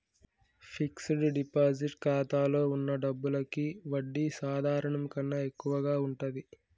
fixed deposit ఖాతాలో వున్న డబ్బులకి వడ్డీ సాధారణం కన్నా ఎక్కువగా ఉంటది